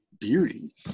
beauty